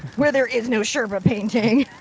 where there is no sherpa painting!